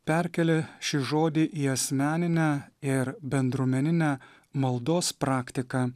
perkelia šį žodį į asmeninę ir bendruomeninę maldos praktiką